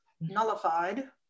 nullified